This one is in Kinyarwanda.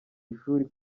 ishuri